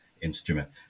instrument